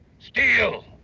steel.